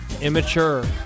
Immature